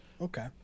Okay